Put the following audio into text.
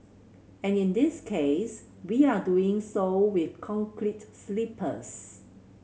and in this case we are doing so with concrete sleepers